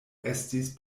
estis